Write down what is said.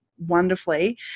wonderfully